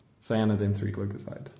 Cyanidin-3-glucoside